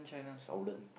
southern